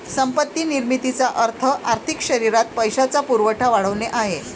संपत्ती निर्मितीचा अर्थ आर्थिक शरीरात पैशाचा पुरवठा वाढवणे आहे